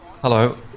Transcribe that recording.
Hello